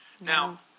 Now